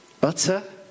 Butter